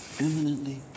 eminently